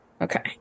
Okay